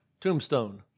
Tombstone